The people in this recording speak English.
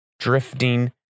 Drifting